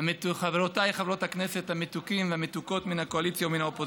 וחברותיי חברות הכנסת המתוקים והמתוקות מן הקואליציה ומן האופוזיציה,